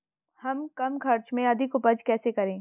हम कम खर्च में अधिक उपज कैसे करें?